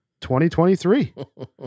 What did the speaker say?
2023